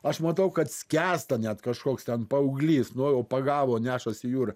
aš matau kad skęsta net kažkoks ten paauglys nu jau pagavo nešasi jūra